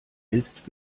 ist